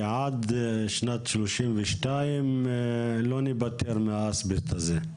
שעד שנת 2032 לא ניפטר מהאסבסט הזה?